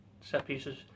set-pieces